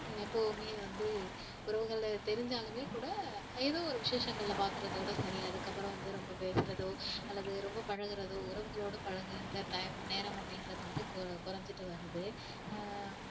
எப்பவுமே வந்து உறவுகளை தெரிஞ்சாலுமே கூட ஏதோ ஒரு விசேஷங்களில் பார்க்குறதோட சரி அதுக்கப்புறம் வந்து ரொம்ப பேசுகிறதோ அல்லது ரொம்ப பழகுறதோ உறவுகளோடு பழகுகின்ற டைம் நேரம் அப்படின்றது வந்து குறஞ்சிட்டு வருது